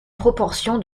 proportion